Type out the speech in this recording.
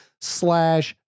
slash